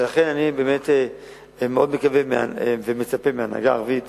ולכן, אני באמת מאוד מקווה ומצפה מההנהגה הערבית